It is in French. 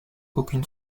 aucune